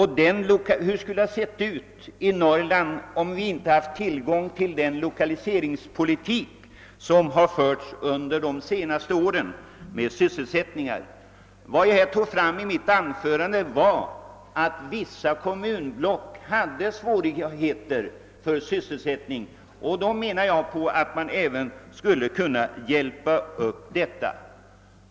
Hur skulle det ha sett ut i Norrland om vi inte haft tillgång till den lokaliseringspolitik som förts under de senaste åren? Vad jag framhöll i mitt anförande var att vissa kommunblock har svårigheter med sysselsättningen, och jag menar att man skulle kunna avhjälpa även dessa.